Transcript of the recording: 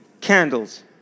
candles